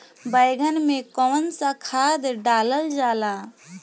बैंगन में कवन सा खाद डालल जाला?